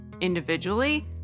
individually